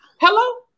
Hello